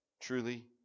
truly